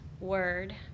word